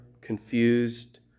confused